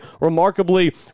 remarkably